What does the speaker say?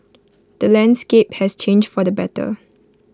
the landscape has changed for the better